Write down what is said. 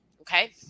Okay